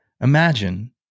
Imagine